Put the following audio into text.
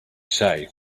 say